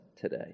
today